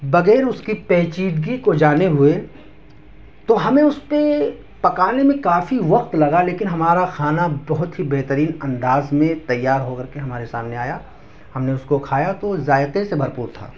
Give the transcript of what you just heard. بغیر اس کی پیچیدگی کو جانے ہوئے تو ہمیں اس پہ پکانے میں کافی وقت لگا لیکن ہمارا کھانا بہت ہی بہترین انداز میں تیار ہو کر کے ہمارے سامنے آیا ہم نے اس کو کھایا تو وہ ذائقے سے بھرپور تھا